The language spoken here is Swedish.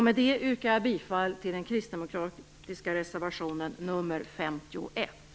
Med det yrkar jag bifall till den kristdemokratiska reservationen nr 51.